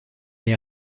est